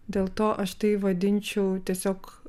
dėl to aš tai vadinčiau tiesiog